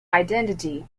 identity